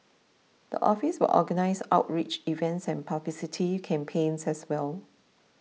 the office will organise outreach events and publicity campaigns as well